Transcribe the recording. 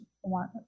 one